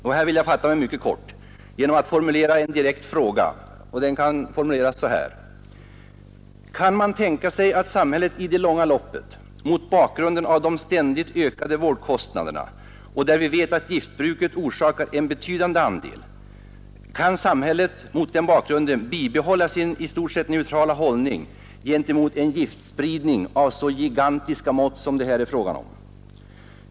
Och här vill jag fatta mig mycket kort genom att formulera en direkt fråga: Kan man tänka sig att samhället i det långa loppet mot bakgrunden av de ständigt ökande vårdkostnaderna, där vi vet att giftbruket orsakar en betydande andel, kan bibehålla sin i stort sett neutrala hållning gentemot en giftspridning av så gigantiska mått som det här är fråga om?